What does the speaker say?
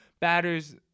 batters